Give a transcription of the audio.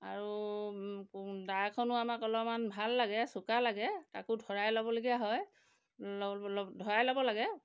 আৰু দাখনো আমাক অলমান ভাল লাগে চোকা লাগে তাকো ধৰাই ল'বলগীয়া হয় ধৰাই ল'ব লাগে